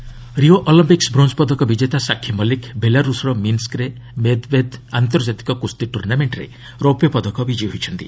wrestling Rio Olympics bronze ପଦକ ବିଜେତା ସାକ୍ଷୀ ମଲ୍ଲିକ୍ ବେଲାରୁଷ୍ର ମିନ୍ସ୍କରେ ମେଦ୍ବେଦ୍ ଆନ୍ତର୍ଜାତିକ କୁସ୍ତି ଟୁର୍ଣ୍ଣାମେଣ୍ଟରେ ରୌପ୍ୟ ପଦକ ବିଜୟୀ ହୋଇଛନ୍ତି